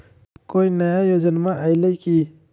कोइ नया योजनामा आइले की?